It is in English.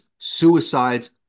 suicides